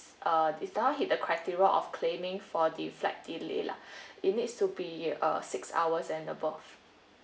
uh it did not hit the criteria of claiming for the flight delay lah it needs to be uh six hours and above